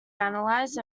analyzed